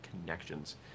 connections